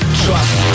trust